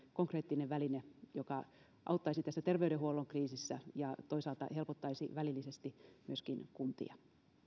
konkreettinen väline joka auttaisi tässä terveydenhuollon kriisissä ja toisaalta helpottaisi välillisesti myöskin kuntia